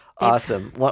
awesome